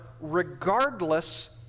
regardless